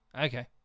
Okay